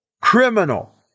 Criminal